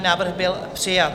Návrh byl přijat.